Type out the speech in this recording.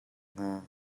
hnga